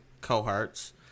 cohorts